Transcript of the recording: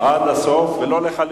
עד הסוף וגם לא לחלופין.